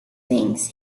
things